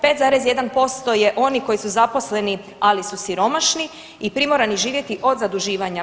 5,1% je onih koji su zaposleni, ali su siromašni i primorani živjeti od zaduživanja.